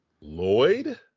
Lloyd